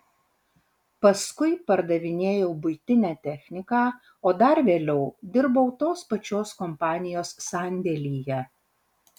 paskui pardavinėjau buitinę techniką o dar vėliau dirbau tos pačios kompanijos sandėlyje